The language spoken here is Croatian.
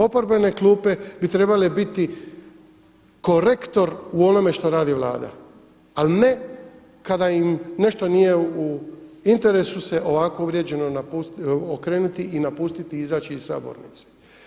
Oporbene klupe bi trebale biti korektor u onome što radi Vlada, ali ne kada im nešto nije u interesu se ovako uvrijeđeno okrenuti i napustiti i izaći iz sabornice.